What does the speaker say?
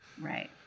right